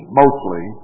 mostly